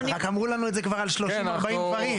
אמרו לנו את זה כבר לגבי 30 40 דברים.